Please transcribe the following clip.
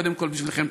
קודם כול בשבילכם.